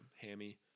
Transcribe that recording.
Hammy